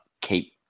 keep